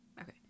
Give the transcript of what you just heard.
Okay